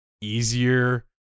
easier